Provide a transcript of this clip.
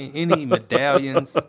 and any medallions?